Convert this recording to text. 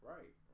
Right